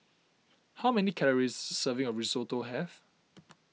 how many calories serving of Risotto have